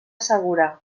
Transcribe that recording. segura